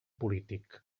polític